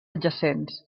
adjacents